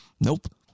Nope